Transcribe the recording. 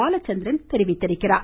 பாலச்சந்திரன் தெரிவித்துள்ளார்